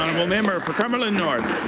honourable member for cumberland north.